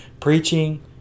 preaching